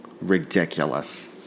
Ridiculous